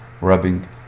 rubbing